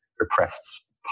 repressed